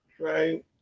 Right